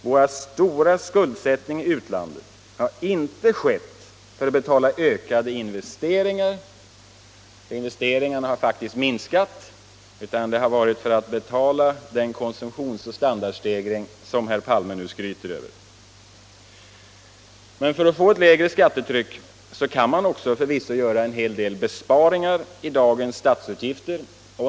Vår stora skuldsättning i utlandet har vi inte gjort för att betala ökade investeringar — investeringarna har faktiskt minskat — utan för att betala den konsumtions och standardstegring som herr Palme nu skryter över. Men för att få ett lägre skattetryck kan man förvisso också göra en hel del besparingar i dagens statsutgifter.